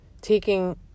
taking